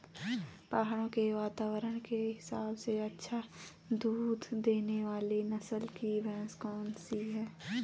पहाड़ों के वातावरण के हिसाब से अच्छा दूध देने वाली नस्ल की भैंस कौन सी हैं?